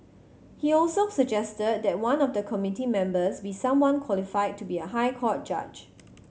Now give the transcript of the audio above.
he also suggested that one of the committee members be someone qualified to be a High Court judge